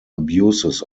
abuses